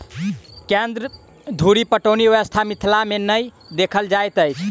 केन्द्र धुरि पटौनी व्यवस्था मिथिला मे नै देखल जाइत अछि